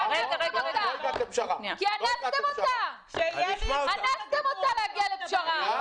כי אנסתם אותם להגיע לפשרה.